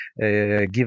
give